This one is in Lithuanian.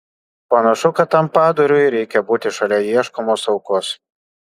panašu kad tam padarui reikia būti šalia ieškomos aukos